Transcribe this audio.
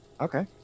okay